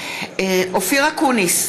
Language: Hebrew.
אופיר אקוניס,